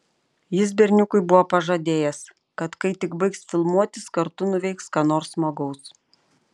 jis berniukui buvo pažadėjęs kad kai tik baigs filmuotis kartu nuveiks ką nors smagaus